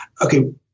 okay